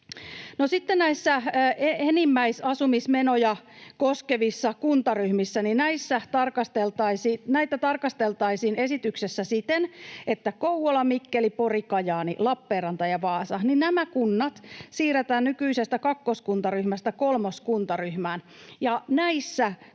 enimmäisasumismenoja koskevia kuntaryhmiä tarkasteltaisiin esityksessä siten, että Kouvola, Mikkeli, Pori, Kajaani, Lappeenranta ja Vaasa, nämä kunnat, siirretään nykyisestä kakkoskuntaryhmästä kolmoskuntaryhmään,